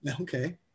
Okay